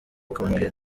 kongere